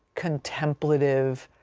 contemplative,